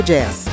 Jazz